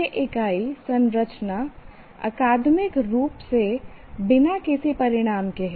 यह इकाई संरचना अकादमिक रूप से बिना किसी परिणाम के है